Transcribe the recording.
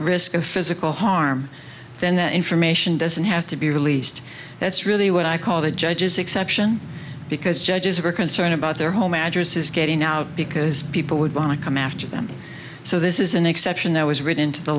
risk of physical harm then that information doesn't have to be released that's really what i call the judge's exception because judges are concerned about their home addresses getting out because people would want to come after them so this is an exception that was written into the